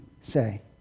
say